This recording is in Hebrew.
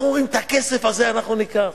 אנחנו אומרים: את הכסף הזה אנחנו ניקח.